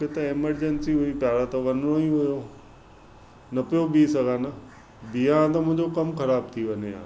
मूंखे त एमरजंसी हुई प्यारा त वञिणो ई हुयो न पियो बीहु सघां न बीहां हा त मुंहिंजो कमु ख़राब थी वञे हा